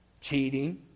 cheating